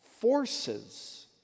forces